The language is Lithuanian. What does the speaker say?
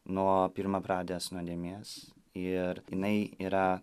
nuo pirmapradės nuodėmės ir jinai yra